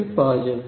2jωt পাওয়া যাবে